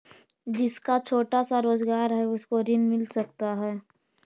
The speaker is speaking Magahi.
जिसका छोटा सा रोजगार है उसको ऋण मिल सकता है?